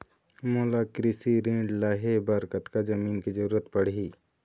मोला कृषि ऋण लहे बर कतका जमीन के जरूरत पड़ही?